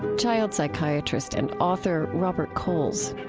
but child psychiatrist and author robert coles